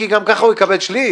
כי גם ככה הוא יקבל שליש,